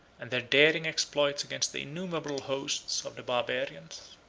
and their daring exploits against the innumerable host of the barbarians.